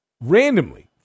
randomly